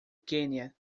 quênia